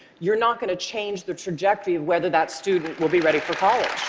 you're not going to change the trajectory of whether that student will be ready for college.